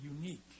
unique